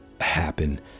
happen